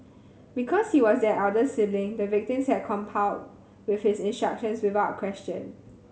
because he was their elder sibling the victims had complied with his instructions without question